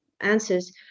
answers